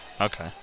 Okay